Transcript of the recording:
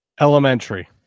Elementary